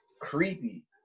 creepy